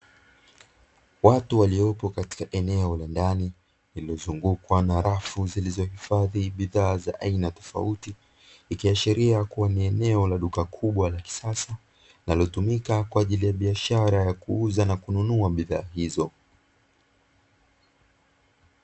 Watu walioko katika eneo la ndani lililo zungukwa na rafu zilizo hifadhi bidhaa za aina tofauti, ikiashiria ni eneo la duka kubwa la kisasa linalotumika kwa ajili ya biashara ya kuuza au kununua bidhaa hizo.